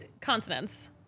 consonants